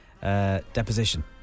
deposition